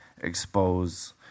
expose